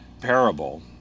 parable